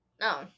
No